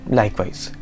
likewise